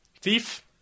Thief